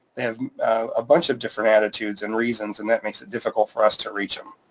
have a bunch of different attitudes and reasons, and that makes it difficult for us to reach them.